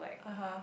(uh huh)